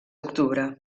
octubre